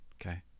Okay